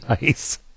Nice